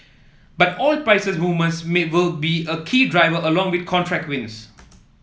but oil prices movements will be a key driver along with contract wins